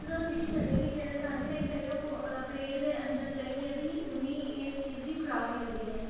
ते तुस दिक्खी सकदे कि जेह्ड़ा कार्बन डाइऑक्साइड ओह् पेड़ दे अंदर जाइयै बी उ'नें ई इस चीज़ दी खुराक लगदी ऐ